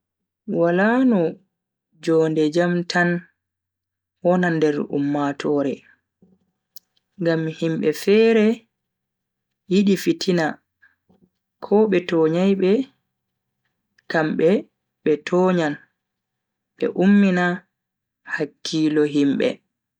Wala no jonde jam tan wona nder ummatoore, ngam himbe fere yidi fitina ko be tonyai be kambe be tonyan, be ummina hakkilo himbe.